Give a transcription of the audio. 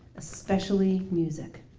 especially music.